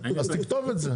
אז תכתוב את זה,